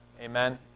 Amen